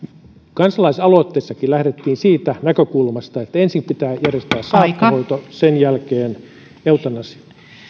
kansalaisaloitteessakin lähdettiin siitä näkökulmasta että ensin pitää järjestää saattohoito sen jälkeen eutanasia